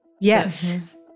Yes